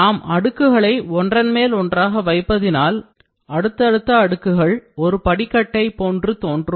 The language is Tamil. நாம் அடுக்குகளை ஒன்றன் மேல் ஒன்றாக வைப்பதினால் அடுத்தடுத்த அடுக்குகள் ஒரு படிக்கட்டை போன்று தோன்றும்